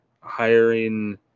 hiring